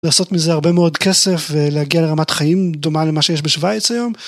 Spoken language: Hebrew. לעשות מזה הרבה מאוד כסף ולהגיע לרמת חיים דומה למה שיש בשוויץ היום.